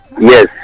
yes